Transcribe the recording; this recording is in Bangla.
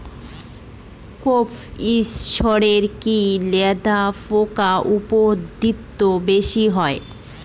কোপ ই সরষে কি লেদা পোকার উপদ্রব বেশি হয়?